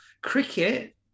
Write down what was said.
Cricket